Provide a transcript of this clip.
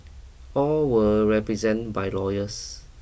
all were represented by lawyers